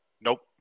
nope